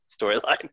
storyline